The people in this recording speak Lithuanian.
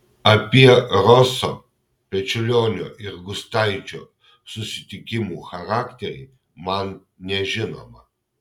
apie roso pečiulionio ir gustaičio susitikimų charakterį man nežinoma